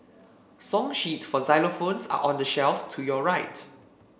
song sheets for xylophones are on the shelf to your right